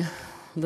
תודה,